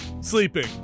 sleeping